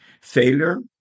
Failure